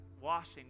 washing